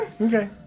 Okay